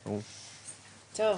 טוב,